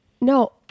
No